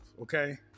okay